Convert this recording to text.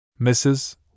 Mrs